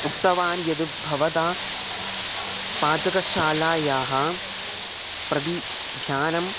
उक्तवान् यत् भवता पाचकशालायाः प्रति ध्यानं